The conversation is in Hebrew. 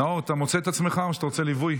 נאור, אתה מוצא את עצמך או שאתה רוצה ליווי?